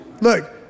Look